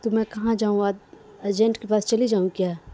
تو میں کہاں جاؤں آ ارجنٹ کے پاس چلی جاؤں کیا